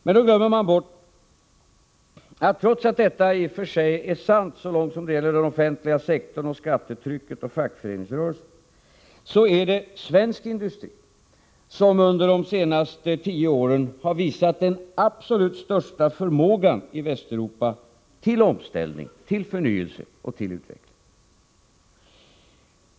Men då glömmer man bort — trots att detta i och för sig är sant så långt som då det gäller den offentliga sektorn, skattetrycket och fackföreningsrörelsen — att det bland de västeuropeiska industrierna är den svenska industrin som under de senaste tio åren har visat den absolut största förmågan till omställning, till förnyelse och till utveckling.